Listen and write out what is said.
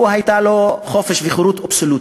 היו לו חופש וחירות אבסולוטיים.